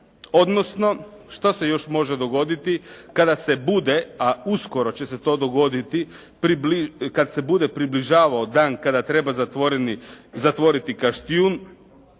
Odnosno što se još može dogoditi kada se bude, a uskoro će se to dogoditi kad se bude približavao dan kada treba zatvoriti Kaštjun,